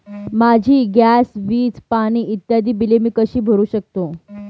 माझी गॅस, वीज, पाणी इत्यादि बिले मी कशी भरु शकतो?